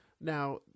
Now